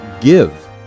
give